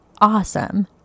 awesome